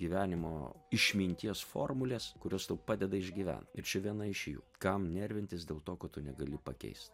gyvenimo išminties formulės kurios tau padeda išgyvent ir čia viena iš jų kam nervintis dėl to ko tu negali pakeist